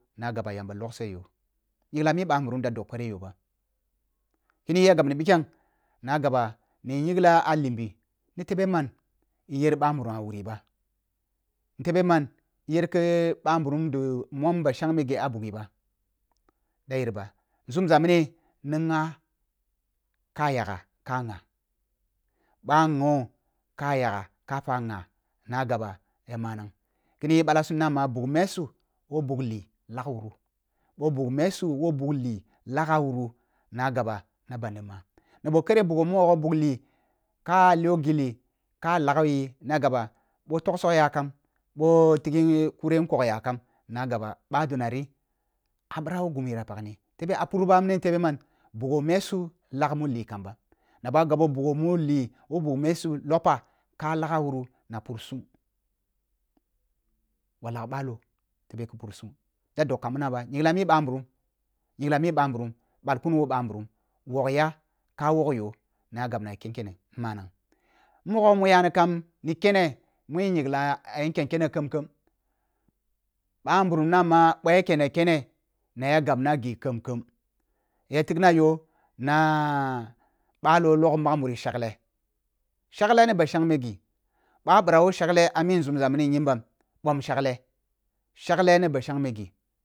Na gaba yamba logse yoh ngingla mi ɓa nburum da dob kare yoh bah kini yi ya gab ni bikeng na gaɓa yina m ah limbi ni tebe man i yer ɓa nburum ah wuri ba tibe man i yer ki ɓa nburum ɗi mom ghi ba shangme a bughi ba da yer ba nzumza mini ni ngha ka yagah ka ngha ba ngho ka yaga ka fa ngha na gaba ya manang kini yi ba lasum ya na ma bugh mesu woh bugh lih laf wuru boh bugh mesu woh bugh lih lagha wuru na gaba na bandi ma na boh kere bugho moghe bugh lih kah liyon gillih ka lago yih na gaba boh toksok yakam boh tighnre kure nkok yakam na gaba ɓado nari ah bra woh gimu yera pagni tebe ah pur ba mini tebe man bugho mesu lag mu lin ƙamba na ba gabo bugmu lih woh bugh mesu lopah ka sagah wuru na pursum ma lag ɓalo tebeh ki pursun du dob kam mana ba nyingla mi ba nburum – nyingla mi ɓa nburum ɓai kun woh ɓah nburum wog yah ka woh yoh na ya gabna ya ken kene manang mogho mu yani kam n kene mu nyingla mun ken keno kham-kham. ɓa nɓurum nama ɓoh jah kun ni tene na ja gabna ghi khem-khem ya tigna yoh na ɓalo nong mang muri shagle, shegle ni ba shangme ghi ɓa bira woh shagle ah mi nzumza min, nyim bam ɓom shagle – shagle ni ba shangme ghi.